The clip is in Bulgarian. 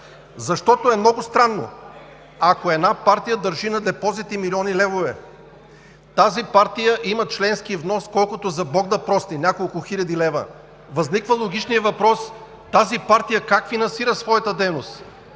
Защото е много странно, ако една партия държи на депозити милиони левове, а има членки внос колкото за бог да прости – няколко хиляди лева. Възниква логичният въпрос: тази партия как финансира своята дейност?